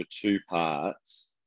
two-parts